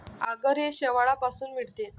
आगर हे शेवाळापासून मिळते